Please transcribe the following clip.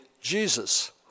Jesus